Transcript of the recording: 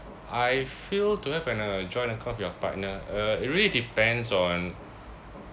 I feel to have an a joint account with your partner uh it really depends on